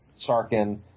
Sarkin